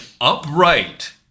upright